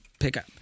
pickup